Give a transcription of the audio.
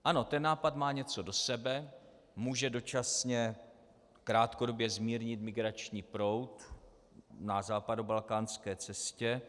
Ano, ten nápad má něco do sebe, může dočasně krátkodobě zmírnit migrační proud na západobalkánské cestě.